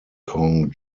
kong